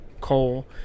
coal